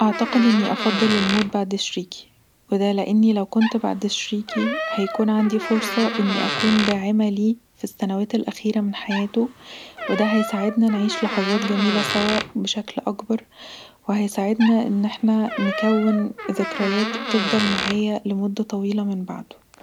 اعتقد اني افضل الموت بعد شريكي وده لأني لو كنت بعد شريكي هيكون عندي فرصة اني اكون داعمه ليه في السنوات الأخيره من حياتهودا هيساعدنا نعيش لحظات جميلة سوا بشكل أكبر وهيساعدنا ان احنا نكون ذكريات تفضل معايا مده طويله من بعده